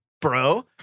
bro